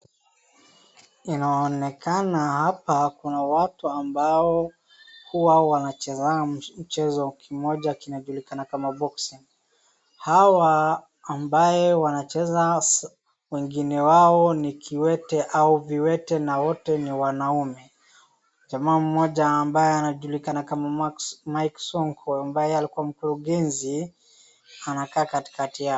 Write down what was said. Inaonekana hapa kuna watu ambao hua wanachezanga mchezo kimoja kinajulikana kama boxing , hawa ambaye wanacheza wengine wao ni kiwete au viwete na wote ni wanaume, jamaa mmoja ambaye anajulikana kama Mike Sonko ambaye alikua mkurugenzi, anakaa katikati yao.